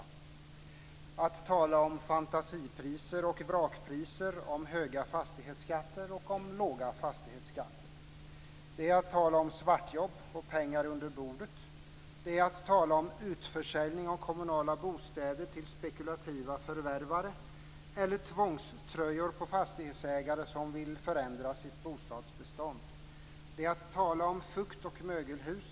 Det är att tala om fantasipriser och vrakpriser, om höga fastighetsskatter och om låga fastighetsskatter. Det är att tala om svartjobb och pengar under bordet. Det är att tala om utförsäljning av kommunala bostäder till spekulativa förvärvare eller tvångströjor på fastighetsägare som vill förändra sitt bostadsbestånd. Det är att tala om fukt och mögelhus.